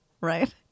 right